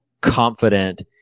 confident